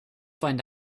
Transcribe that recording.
find